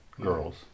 girls